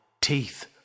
Teeth